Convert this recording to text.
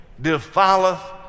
defileth